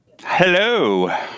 Hello